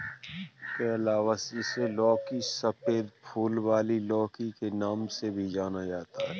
calabash, जिसे लौकी, सफेद फूल वाली लौकी के नाम से भी जाना जाता है